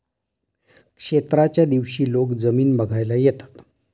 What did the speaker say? क्षेत्राच्या दिवशी लोक जमीन बघायला येतात